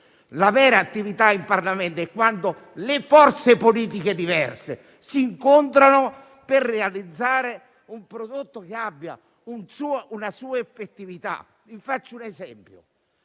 La vera attività in Parlamento è quando forze politiche diverse si incontrano per realizzare un prodotto che abbia una sua effettività. Faccio un esempio: